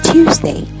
Tuesday